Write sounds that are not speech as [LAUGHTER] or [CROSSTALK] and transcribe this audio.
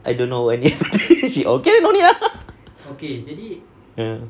I don't know wedding then she okay no need ah [LAUGHS] ya